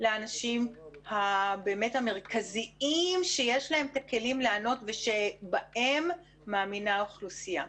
לאנשים המרכזיים שיש להם את הכלים לענות ושבהם מאמינה האוכלוסייה.